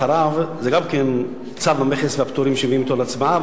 אחריו זה גם כן צו המכס והפטורים שמביאים אותו להצבעה,